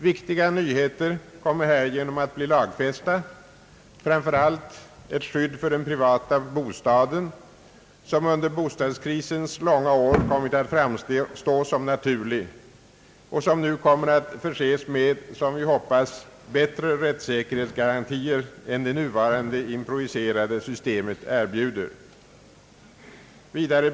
Viktiga nyheter kommer härigenom att bli lagfästa, framför allt ett skydd för den privata bostaden som under bostadskrisens långa år kommit att framstå som naturlig och nu kommer att förses med — hoppas vi — bättre rättssäkerhetsgarantier än vad det nuvarande improviserade systemet erbjuder.